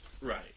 Right